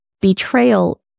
Betrayal